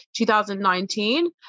2019